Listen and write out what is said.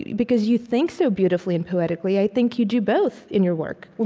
because you think so beautifully and poetically, i think you do both in your work.